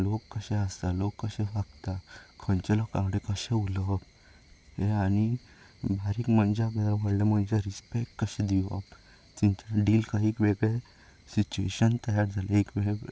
लोक कशे आसता लोक कशे वागता खंयच्या लोकां कडेन कशें उलोवप ह्या हांणी बारीक मनशांक आनी व्हडले मनशांक रिस्पेक्ट कसो दिवप तेचें कडेन डील कशें करप सिचुवेशन तयार जालें एक वेळ